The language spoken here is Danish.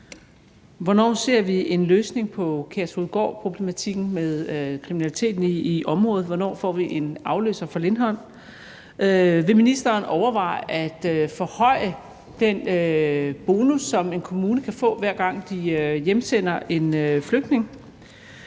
Hvornår ser vi en løsning på Kærshovedgårdproblematikken i forhold til kriminaliteten i området? Hvornår får vi en afløser for Lindholm? Vil ministeren overveje at forhøje den bonus, som en kommune kan få, hver gang de hjemsender en flygtning?